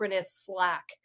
Slack